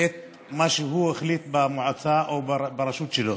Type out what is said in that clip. את מה שהוא החליט במועצה או ברשות שלו.